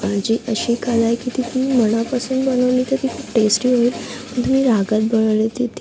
जी अशी कला आहे की ती तुम्ही मनापासून बनवली तर ती खूप टेस्टी होईल आणि तुम्ही रागात बनवली तर ती